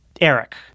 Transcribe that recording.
Eric